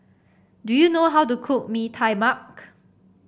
do you know how to cook Mee Tai Mak